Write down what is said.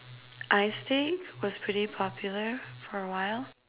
I think was pretty popular for a while